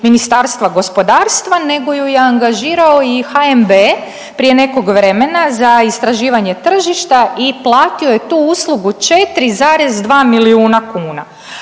Ministarstva gospodarstva nego ju je angažirao i HNB prije nekog vremena za istraživanje tržišta i platio je tu uslugu 4,2 milijuna kuna.